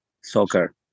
soccer